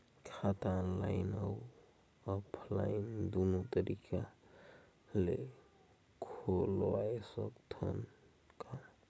खाता ऑनलाइन अउ ऑफलाइन दुनो तरीका ले खोलवाय सकत हन का?